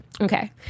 Okay